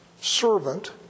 servant